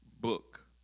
book